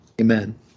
Amen